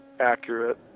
accurate